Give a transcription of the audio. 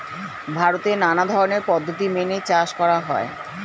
ভারতে নানা ধরনের পদ্ধতি মেনে চাষ করা হয়